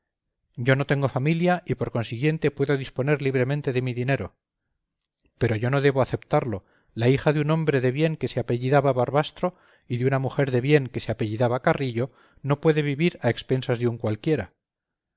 yo no tengo familia y por consiguiente puedo disponer libremente de mi dinero pero yo no debo aceptarlo la hija de un hombre de bien que se apellidaba barbastro y de una mujer de bien que se apellidaba carrillo no puede vivir a expensas de un cualquiera